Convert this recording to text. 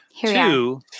Two